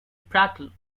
prattle